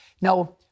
Now